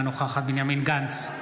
אינה נוכחת בנימין גנץ,